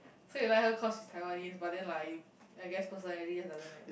so you like her cause she's Taiwanese but then like you I guess personally just doesn't match